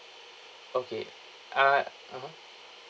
okay are ah ha